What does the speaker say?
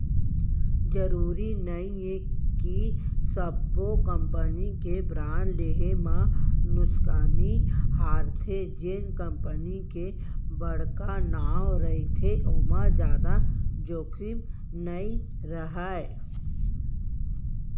जरूरी नइये कि सब्बो कंपनी के बांड लेहे म नुकसानी हरेथे, जेन कंपनी के बड़का नांव रहिथे ओमा जादा जोखिम नइ राहय